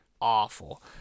awful